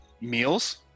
Meals